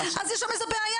אז יש שם איזו בעיה,